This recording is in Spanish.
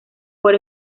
por